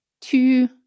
two